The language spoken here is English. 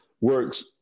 works